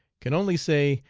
can only say,